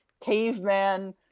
caveman